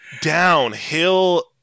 downhill